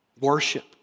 Worship